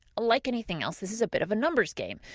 like anything else, this is a bit of a numbers game.